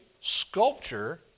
sculpture